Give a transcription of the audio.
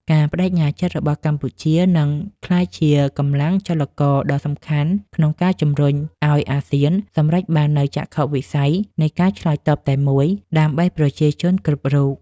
ការប្តេជ្ញាចិត្តរបស់កម្ពុជានឹងក្លាយជាកម្លាំងចលករដ៏សំខាន់ ក្នុងការជំរុញឱ្យអាស៊ានសម្រេចបាននូវចក្ខុវិស័យនៃការឆ្លើយតបតែមួយ ដើម្បីប្រជាជនគ្រប់រូប។